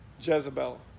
Jezebel